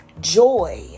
joy